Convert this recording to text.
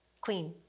queen